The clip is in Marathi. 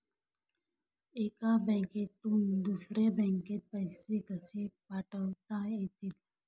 एका बँकेतून दुसऱ्या बँकेत पैसे कसे पाठवता येतील?